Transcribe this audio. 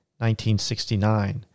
1969